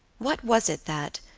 what was it that,